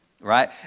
right